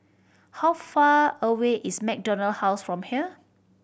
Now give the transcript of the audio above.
how far away is MacDonald House from here